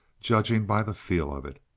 judging by the feel of it.